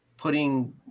putting